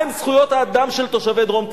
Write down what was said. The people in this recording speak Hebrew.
מה עם זכויות האדם של תושבי דרום תל-אביב?